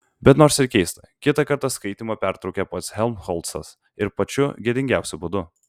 bet nors ir keista kitą kartą skaitymą pertraukė pats helmholcas ir pačiu gėdingiausiu būdu